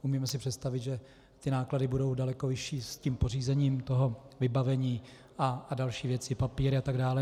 Umíme si představit, že ty náklady budou daleko vyšší s pořízením toho vybavení a další věci, papír atd.